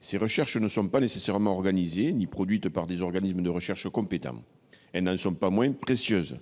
Ces recherches ne sont pas nécessairement organisées ni produites par des organismes de recherche compétents. Elles n'en sont pas moins précieuses.